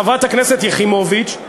חברת הכנסת יחימוביץ,